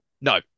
No